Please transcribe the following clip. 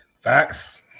Facts